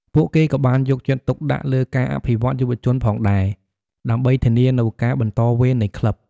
ពួកគេក៏បានយកចិត្តទុកដាក់លើការអភិវឌ្ឍន៍យុវជនផងដែរ ដើម្បីធានានូវការបន្តវេននៃក្លឹប។